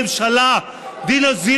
המילה "נאמנות"